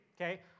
Okay